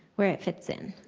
where it fits in.